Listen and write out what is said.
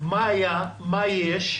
מה היה, מה יש,